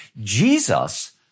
Jesus